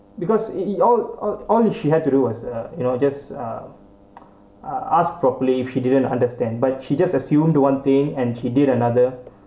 because it it all all all she had to do was uh you know just uh ask properly if she didn't understand but she just assume the one thing and she did another